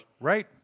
Right